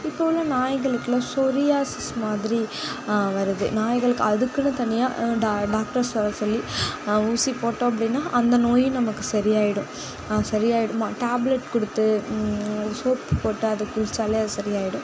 இப்போ உள்ள நாய்களுக்குலாம் சொரியாசிஸ் மாதிரி வருது நாய்களுக்கு அதுக்குன்னு தனியாக டா டாக்டர்ஸ் வர சொல்லி ஊசி போட்டோம் அப்படின்னா அந்த நோயும் நமக்கு சரி ஆயிவிடும் ஆ சரி ஆயிவிடுமா டேப்லெட் கொடுத்து ஒரு சோப்பு போட்டு அது குளிச்சாலே அது சரி ஆயிவிடும்